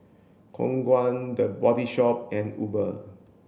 Khong Guan The Body Shop and Uber